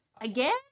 again